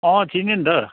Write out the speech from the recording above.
अँ चिनेँ नि त